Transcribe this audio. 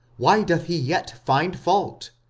why doth he yet find fault?